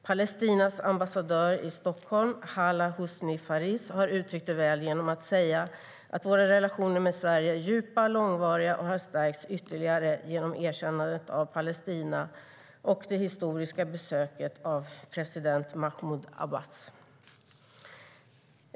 Palestinas ambassadör i Stockholm, Hala Husni Fariz, har uttryckt det väl genom att säga att "våra relationer med Sverige är djupa, långvariga och har stärkts ytterligare genom erkännandet av Palestina och det historiska besöket av president Mahmoud Abbas".